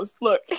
look